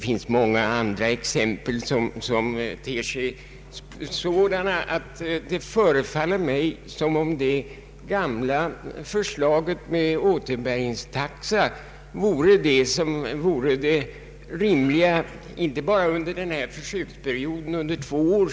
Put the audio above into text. Många andra liknande exempel ter sig på ett sådant sätt att det förefaller mig som om det gamla systemet med återbäringstaxa vore det enda rimliga ersättningssystemet — inte bara under den nu pågående försöksperioden på två år.